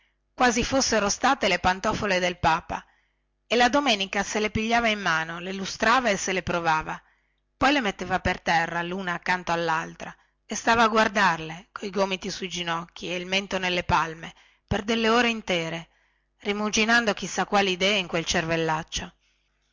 quasi fossero state le pantofole del papa e la domenica se le pigliava in mano le lustrava e se le provava poi le metteva per terra luna accanto allaltra e stava a contemplarsele coi gomiti sui ginocchi e il mento nelle palme per delle ore intere rimugginando chi sa quali idee in quel